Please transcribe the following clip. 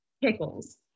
pickles